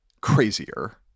crazier